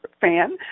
fan